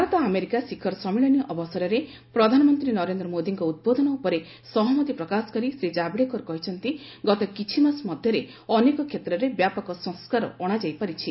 Bharat America ଶିଖର ସମ୍ମିଳନୀ ଅବସରରେ ପ୍ରଧାନମନ୍ତ୍ରୀ ନରେନ୍ଦ୍ର ମୋଦିଙ୍କ ଉଦ୍ବୋଧନ ଉପରେ ସହମତି ପ୍ରକାଶ କରି ଶ୍ରୀ ଜାଭେଡକର କହିଛନ୍ତି ଗତ କିଛିମାସ ମଧ୍ୟରେ ଅନେକ କ୍ଷେତ୍ରରେ ବ୍ୟାପକ ସଂସ୍କାର ଅଣାଯାଇପାରିଛି